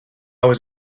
was